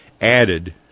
added